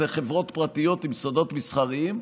אלו חברות פרטיות עם סודות מסחריים,